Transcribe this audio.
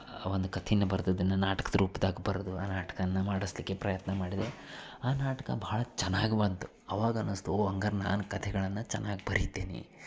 ಆ ಒಂದು ಕಥೆನ ಬರ್ದದ್ದನ್ನು ನಾಟ್ಕದ ರೂಪ್ದಾಗ ಬರೆದು ಆ ನಾಟಕನ ಮಾಡಿಸ್ಲಿಕ್ಕೆ ಪ್ರಯತ್ನ ಮಾಡಿದೆ ಆ ನಾಟಕ ಬಹಳ ಚೆನ್ನಾಗಿ ಬಂತು ಅವಾಗನ್ನಿಸ್ತು ಓ ಹಂಗಾರೆ ನಾನು ಕಥೆಗಳನ್ನು ಚೆನ್ನಾಗಿ ಬರೀತೀನಿ